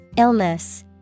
illness